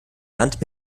land